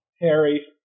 Harry